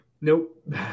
Nope